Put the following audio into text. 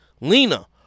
Lena